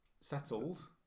settled